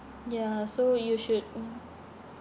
ya so you should mm